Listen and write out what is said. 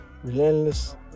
Relentless